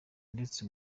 ndetse